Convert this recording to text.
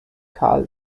karl